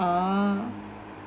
uh